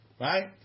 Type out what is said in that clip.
right